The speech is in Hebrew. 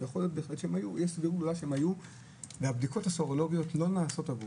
יכול להיות שהם היו חולים אבל הבדיקות הסרולוגיות לא ניתנות להם.